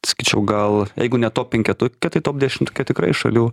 sakyčiau gal jeigu ne top penketuke tai top dešimtuke tikrai šalių